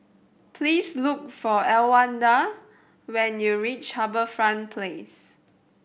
please look for Elwanda when you reach HarbourFront Place